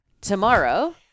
tomorrow